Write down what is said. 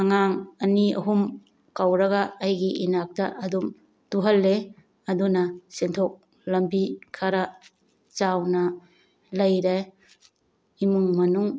ꯑꯉꯥꯡ ꯑꯅꯤ ꯑꯍꯨꯝ ꯀꯧꯔꯒ ꯑꯩꯒꯤ ꯏꯅꯥꯛꯇ ꯑꯗꯨꯝ ꯇꯨꯍꯜꯂꯦ ꯑꯗꯨꯅ ꯁꯦꯟꯊꯣꯛ ꯂꯝꯕꯤ ꯈꯔ ꯆꯥꯎꯅ ꯂꯩꯔꯦ ꯏꯃꯨꯡ ꯃꯅꯨꯡ